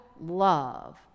love